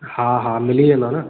हा हा मिली वेंदव न